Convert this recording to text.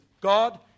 God